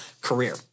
career